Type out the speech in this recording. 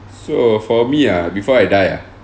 so for me ah before I die ah